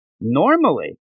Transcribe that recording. Normally